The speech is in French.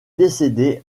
décédé